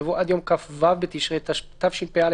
יבוא: עד יום כ"ו בתשרי תשפ"א,